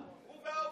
הוא והאוזר.